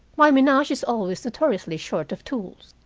my menage is always notoriously short of tools.